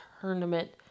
tournament